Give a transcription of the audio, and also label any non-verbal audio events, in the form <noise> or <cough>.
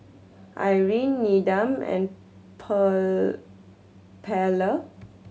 Irine Needham and <unintelligible> Pearla